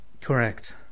Correct